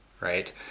right